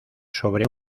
sobre